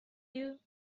you